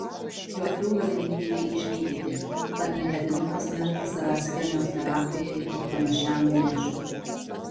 jokių galimybių jį išgydyti tad neketinu pasmerkti savęs chemijos terapijai ir panašiam mėšlui